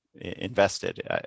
invested